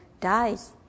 dies